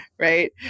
right